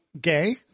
gay